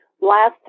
Last